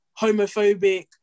homophobic